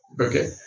okay